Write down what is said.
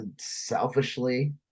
selfishly